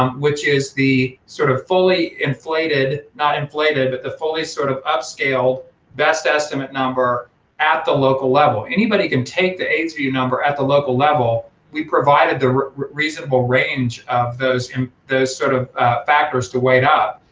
um which is the sort of fully inflated, not inflated but the fully sort of upscaled best estimate number at the local level. anybody can take the aidsvu number at the local level, we provided the reasonable range of those um those sort of factors to weigh it up,